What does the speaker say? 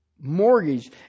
mortgage